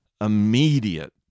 immediate